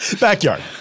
Backyard